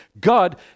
God